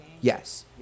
Yes